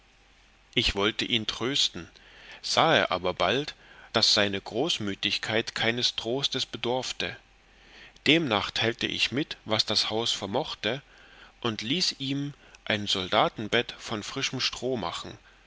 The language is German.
ich wollte ihn trösten sahe aber bald daß seine großmütigkeit keines trostes bedorfte demnach teilte ich mit was das haus vermochte und ließ ihm ein soldatenbett von frischem stroh machen